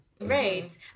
Right